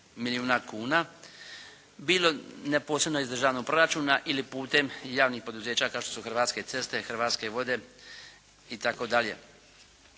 milijuna kuna, bilo neposredno iz državnog proračuna ili putem javnih poduzeća kao što su Hrvatske ceste, Hrvatske vode, itd.